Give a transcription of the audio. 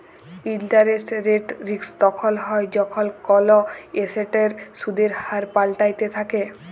interest rate risk তখল হ্যয় যখল কল এসেটের সুদের হার পাল্টাইতে থ্যাকে